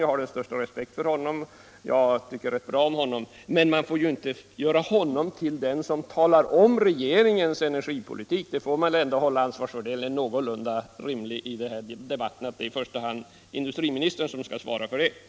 Jag har den största respekt Nr 111 för honom och tycker bra om honom, men man får inte göra honom Onsdagen den till den som redovisar regeringens energipolitik. Man får hålla någorlunda 28 april 1976 = på ansvarsfördelningen i debatten, det är i första hand industriministern — 2?X22X 80it skall svara för det området.